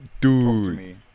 Dude